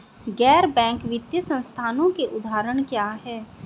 गैर बैंक वित्तीय संस्थानों के उदाहरण क्या हैं?